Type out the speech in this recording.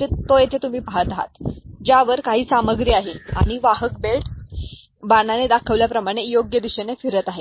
तो येथे तुम्ही पाहत आहात ज्यावर काही सामग्री आहे आणि वाहक बेल्ट बाणाने दाखविल्याप्रमाणे योग्य दिशेने फिरत आहे